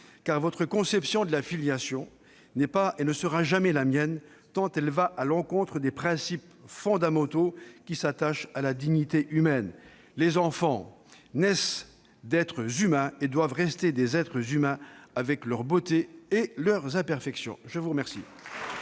car votre conception de la filiation n'est pas et ne sera jamais la mienne, tant elle va à l'encontre des principes fondamentaux qui s'attachent à la dignité humaine. Les enfants naissent d'êtres humains et doivent rester des êtres humains, avec leur beauté et leurs imperfections ! La parole